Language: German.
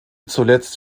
zuletzt